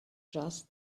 just